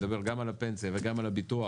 נדבר גם על הפנסיה וגם על הביטוח